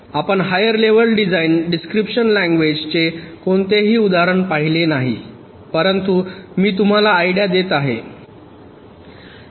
आपण higher level design description language चे कोणतेही उदाहरण पाहिले नाही परंतु मी तुम्हाला आयडीया देत आहे